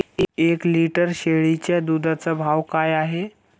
एक लिटर शेळीच्या दुधाचा भाव काय आहे?